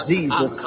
Jesus